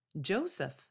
Joseph